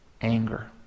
anger